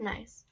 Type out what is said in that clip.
Nice